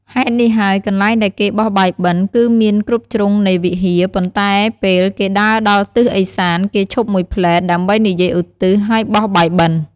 ហេតុនេះហើយកន្លែងដែលគេបោះបាយបិណ្ឌ គឺមានគ្រប់ជ្រុងនៃវិហារ ប៉ុន្តែពេល គេដើរដល់ទិសឦសាន គេឈប់មួយភ្លេត ដើម្បីនិយាយឧទ្ទិស ហើយបោះបាយបិណ្ឌ។